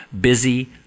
busy